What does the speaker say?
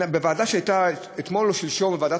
בישיבה שהייתה אתמול או שלשום בוועדת